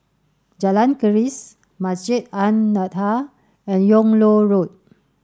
Jalan Keris Masjid An Nahdhah and Yung Loh Road